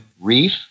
Reef